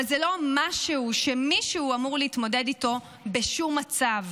אבל זה לא משהו שמישהו אמור להתמודד איתו בשום מצב.